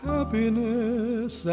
Happiness